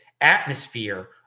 atmosphere